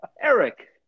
Eric